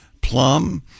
Plum